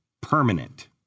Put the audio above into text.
permanent